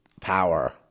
power